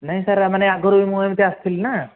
ନାଇଁ ସାର୍ ମାନେ ଆଗରୁ ମୁଁ ଏମିତି ଆସିଥିଲି ନା